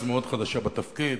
אז מאוד חדשה בתפקיד,